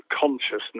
consciousness